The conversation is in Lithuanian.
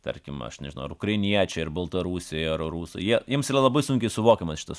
tarkim aš nežinau ar ukrainiečiai ar baltarusiai ar rusai jie jiems yra labai sunkiai suvokiamas šitas